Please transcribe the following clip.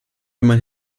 einmal